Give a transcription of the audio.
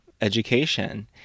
education